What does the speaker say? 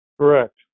Correct